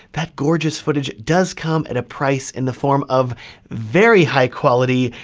that gorgeous footage does come at a price in the form of very high quality,